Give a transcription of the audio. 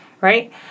Right